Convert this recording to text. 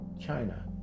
China